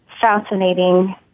fascinating